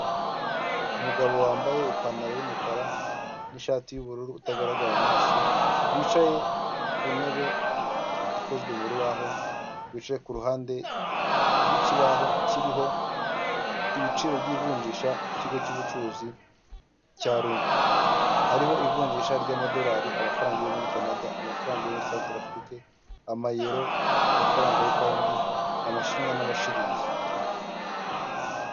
Umugabo wambaye ipantaro y'umukara n'ishati y'ubururu utagaragara amaso, wicaye ku ntebe ikozwe mu rubaho, wicaye kuruhande rwikibaho kiriho ibiciro by’ivunjisha ry’ikigo cy’ubucuruzi cya Runi. Hariho ivunjisha ry’amadorari, amafaranga yo muri canada, amafaranga ya Cantire Afurike, amayero, amafaranga y’ipoundi, abashinwa n'amashiringi.